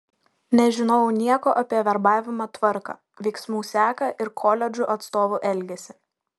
nežinojau nieko apie verbavimo tvarką veiksmų seką ir koledžų atstovų elgesį